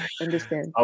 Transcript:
Understand